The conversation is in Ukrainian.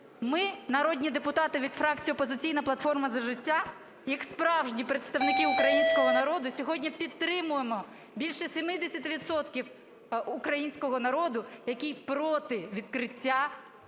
Ми, народні депутати від фракції "Опозиційна платформа – За життя", як справжні представники українського народу сьогодні підтримуємо більше 70 відсотків українського народу, який проти відкриття ринку